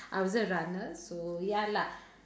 I was a runner so ya lah